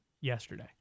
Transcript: yesterday